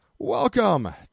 Welcome